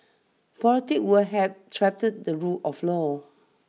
politics will have trapped the rule of law